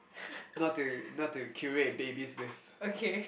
not to not to curate babies with